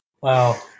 Wow